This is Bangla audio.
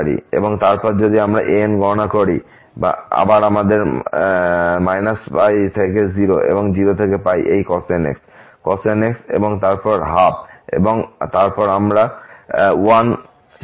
এবং তারপর যদি আমরা an গণনা করি আবার আমাদের π থেকে 0 এবং 0 থেকে এই cos nx cos nx এবং 12 এবং তারপর 1 সেখানে